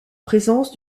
présence